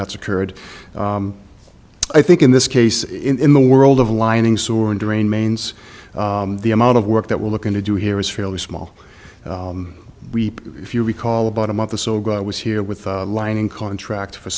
that's occurred i think in this case in the world of lining soren drain mains the amount of work that we're looking to do here is fairly small weep if you recall about a month or so ago i was here with a line in contract for